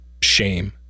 shame